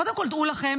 קודם כול דעו לכם,